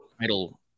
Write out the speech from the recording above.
title